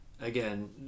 again